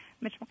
Mitch